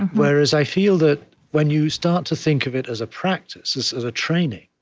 whereas i feel that when you start to think of it as a practice, as as a training,